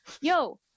yo